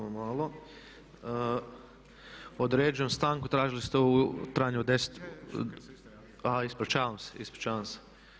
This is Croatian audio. Određujem stanku, tražili ste u trajanju od 10… … [[Upadica se ne čuje.]] A ispričavam se, ispričavam se.